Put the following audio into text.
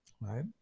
right